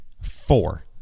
Four